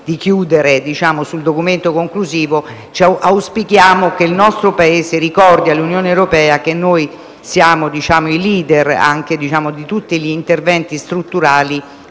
di chiudere sul documento conclusivo. Auspichiamo che il nostro Paese ricordi all'Unione europea che siamo i *leader* per quel che riguarda tutti gli interventi strutturali